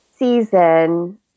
season